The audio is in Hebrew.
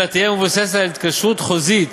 אלא תהיה מבוססת על התקשרות חוזית